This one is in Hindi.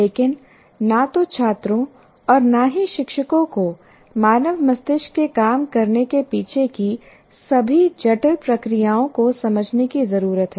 लेकिन न तो छात्रों और न ही शिक्षकों को मानव मस्तिष्क के काम करने के पीछे की सभी जटिल प्रक्रियाओं को समझने की जरूरत है